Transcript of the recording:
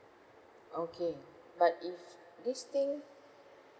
okay but if this thing